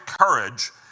courage